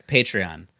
Patreon